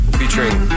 featuring